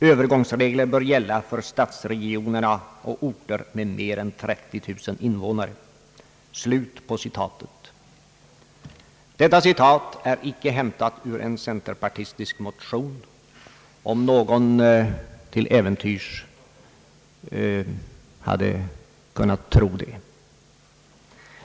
Övergångsregler bör gälla för stadsregionerna och orter med mer än 30 000 invånare.» Detta citat är icke hämtat ur en centerpartistisk motion, om någon till äventyrs hade kunnat tro det.